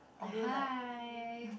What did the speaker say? like hi